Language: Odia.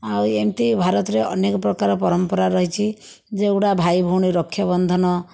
ଆଉ ଏମିତି ଭାରତରେ ଅନେକ ପ୍ରକାର ପରମ୍ପରା ରହିଛି ଯେଉଁଗୁଡ଼ା ଭାଇ ଭଉଣୀ ରକ୍ଷା ବନ୍ଧନ